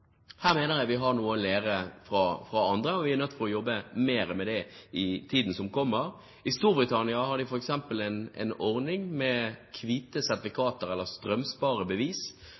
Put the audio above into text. Her mener jeg vi har noe å lære fra andre, og vi er nødt til å jobbe mer med det i tiden som kommer. I Storbritannia har de f.eks. en ordning med hvite sertifikater, eller